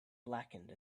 blackened